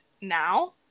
now